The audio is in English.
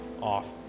off